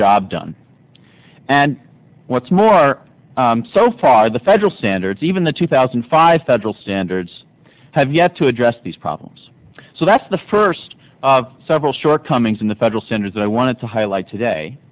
job done and what's more so far the federal standards even the two thousand and five federal standards have yet to address these problems so that's the first of several shortcomings in the federal centers that i wanted to highlight today